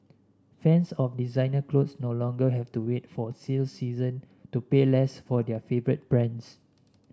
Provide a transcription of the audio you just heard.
fans of designer clothes no longer have to wait for sale season to pay less for their favourite brands